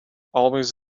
always